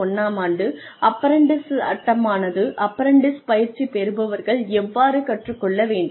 1961 ஆம் ஆண்டு அப்ரண்டிஸ்ஷிப் சட்டமானது அப்ரண்டிஸ் பயிற்சி பெறுபவர்கள் எவ்வாறு கற்றுக் கொள்ள வேண்டும்